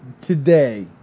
today